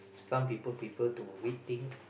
some people prefer to read things